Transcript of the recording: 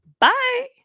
Bye